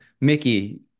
Mickey